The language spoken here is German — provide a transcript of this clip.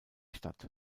stadt